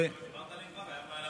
מה עם